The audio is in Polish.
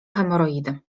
hemoroidy